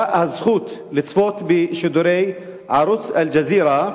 הזכות לצפות בשידורי ערוץ "אל-ג'זירה",